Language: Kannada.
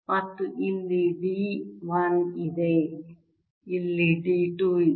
ಮತ್ತು ಇಲ್ಲಿ D 1 ಇದೆ ಇಲ್ಲಿ D 2 ಇದೆ